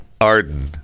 Arden